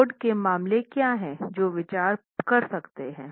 load के मामले क्या हैं जो विचार कर सकते हैं